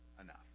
enough